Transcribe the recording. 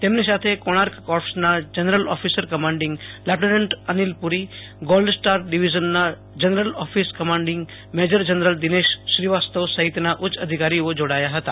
તેમની સાથ કોર્ણાક કોપ્સના general officer commanding lieutenant અનિલપુરી ગોલ્ડસ્ટર ડીવીઝનના general office commanding major general શ્રોવાસ્તવ સહિતના ઉચ્ચ અધિકારીઓ જોડાયા હતા